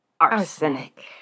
Arsenic